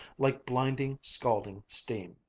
like blinding, scalding steam.